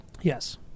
Yes